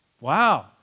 Wow